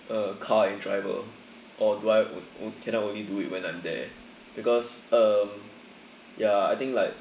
uh car and driver or do I can I only do it when I'm there because um ya I think like